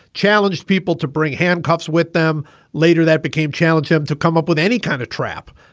challenged people to bring handcuffs with them later that became challenge him to come up with any kind of trap,